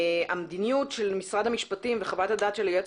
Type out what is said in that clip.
המדיניות של משרד המשפטים וחוות הדעת של היועץ